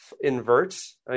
inverts